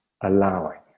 allowing